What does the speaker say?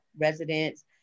residents